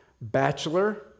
Bachelor